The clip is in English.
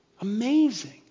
Amazing